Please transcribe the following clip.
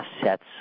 assets